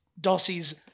Dossie's